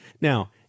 Now